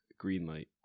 Greenlight